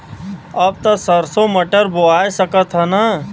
अब त सरसो मटर बोआय सकत ह न?